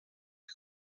que